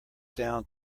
down